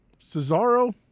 Cesaro